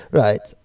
right